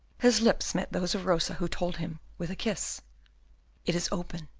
his lips met those of rosa, who told him, with a kiss it is open,